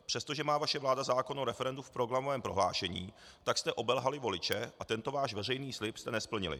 Přestože má vaše vláda zákon o referendu v programovém prohlášení, tak jste obelhali voliče a tento váš veřejný slib jste nesplnili.